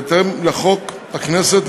בהתאם לחוק הכנסת,